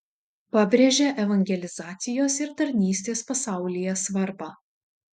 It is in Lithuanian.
pabrėžia evangelizacijos ir tarnystės pasaulyje svarbą